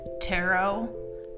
tarot